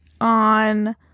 on